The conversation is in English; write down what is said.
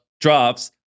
drops